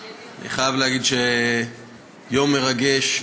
אני חייב להגיד שיום מרגש,